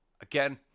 Again